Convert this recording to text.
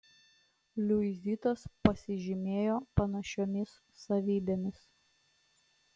liuizitas pasižymėjo panašiomis savybėmis